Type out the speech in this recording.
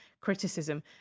criticism